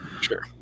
Sure